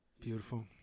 beautiful